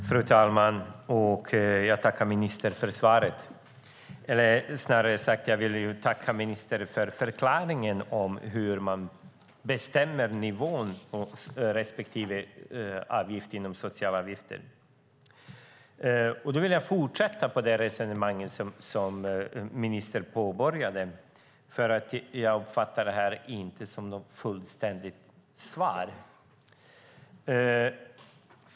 Fru talman! Jag tackar ministern för svaret eller, rättare sagt, jag vill tacka ministern för förklaringen när det gäller hur man bestämmer nivån på respektive avgift inom socialavgifterna. Jag vill fortsätta på det resonemang som ministern påbörjade. För jag uppfattar inte det här som något fullständigt svar.